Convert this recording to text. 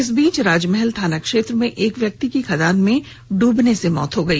इस बीच राजमहल थाना क्षेत्र में एक व्यक्ति की खदान में डूबने से मौत हो गई